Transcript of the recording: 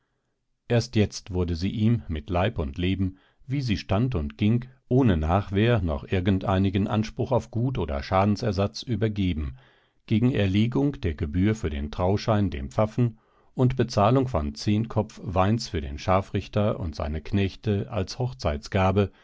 erst jetzt wurde sie ihm mit leib und leben wie sie stand und ging ohne nachwähr noch irgend einigen anspruch auf gut oder schadensersatz übergeben gegen erlegung der gebühr für den trauschein dem pfaffen und bezahlung von zehn kopf weins für den scharfrichter und seine knechte als hochzeitgabe